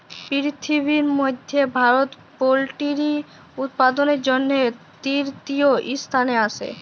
পিরথিবির ম্যধে ভারত পোলটিরি উৎপাদনের জ্যনহে তীরতীয় ইসথানে আসে